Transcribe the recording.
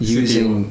using